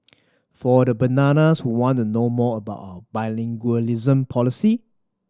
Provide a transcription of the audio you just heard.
for the bananas who want to know more about bilingualism policy